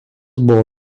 buvo